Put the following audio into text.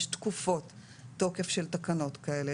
יש תקופות תוקף של תקנות כאלה,